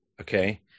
Okay